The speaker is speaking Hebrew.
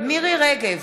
מירי רגב,